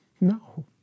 No